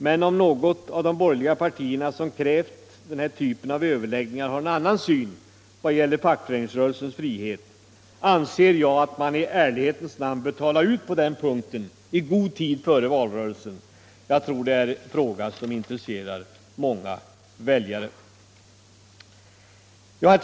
Men om nu något av de borgerliga partier som krävt denna typ av överläggningar har en annan syn vad gäller fackföreningsrörelsens frihet, anser jag att man i ärlighetens namn bör tala ut på den punkten i god tid före valrörelsen. Jag tror att det är en fråga som intresserar många väljare.